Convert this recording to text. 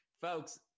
folks